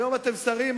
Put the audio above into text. היום אתם שרים,